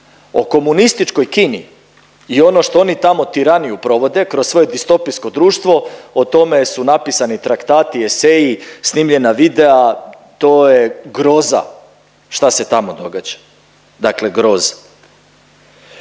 O komunističkoj Kini i ono što oni tamo tiraniju provode kroz svoje distrofijsko društvo, o tome su napisani traktati, eseji, snimljena videa, to je groza šta se tamo događa, dakle groza.